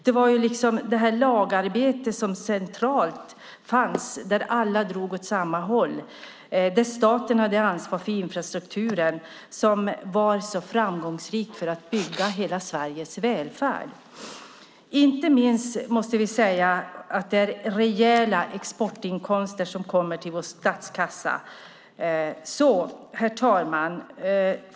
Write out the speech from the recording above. Det var det lagarbete som fanns centralt, där alla drog åt samma håll och där staten hade ansvar för infrastrukturen, som var så framgångsrikt för att bygga hela Sveriges välfärd. Inte minst måste vi säga att det var rejäla exportinkomster som kom till vår statskassa.